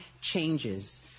changes